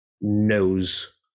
knows